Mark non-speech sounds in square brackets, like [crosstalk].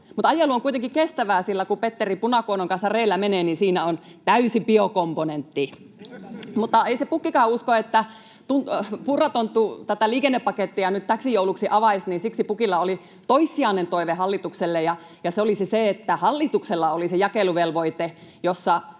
ajelu on kuitenkin kestävää, sillä kun Petteri Punakuonon kanssa reellä menee, niin siinä on täysi biokomponentti. [laughs] Mutta ei se pukkikaan usko, että Purra-tonttu tätä liikennepakettia nyt täksi jouluksi avaisi, ja siksi pukilla oli toissijainen toive hallitukselle, ja se olisi se, että hallituksella olisi jakeluvelvoite, jossa